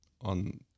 on